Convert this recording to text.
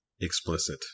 explicit